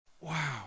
wow